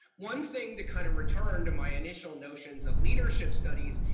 one thing to kind of return to my initial notions of leadership studies,